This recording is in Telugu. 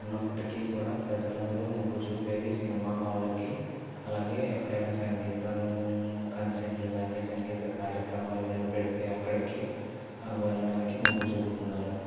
ఉన్నప్పటికీ కూడా ప్రజలందరూ మొగ్గు చూపేది సినిమా హాళ్ళకి అలాగే ఎక్కడైనా సంగీతం కన్సెన్ట్లు కాని సంగీత కార్యక్రమాలు కాని పెడితే అక్కడికి వెళ్ళడానికి మొగ్గు చూపుతున్నారు